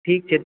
ठीक छै